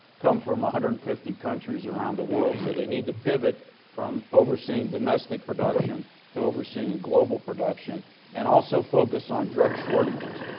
come from one ah hundred and fifty countries around the world, so they need to pivot from overseeing domestic production to overseeing global production and also focus on drug shortages,